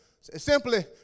Simply